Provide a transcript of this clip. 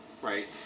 right